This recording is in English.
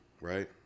right